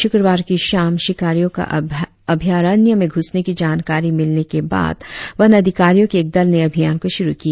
शुक्रवार की शाम शिकारियों का अभ्यारण्य में घूसने की जानकारी मिलने के बाद वन अधिकारियों की एक दल ने अभियान को शुरु किया